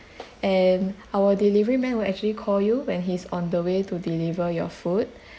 and our delivery man will actually call you when he's on the way to deliver your food